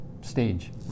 stage